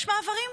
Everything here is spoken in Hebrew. יש מעברים,